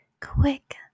quick